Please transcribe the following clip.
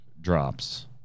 drops